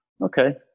Okay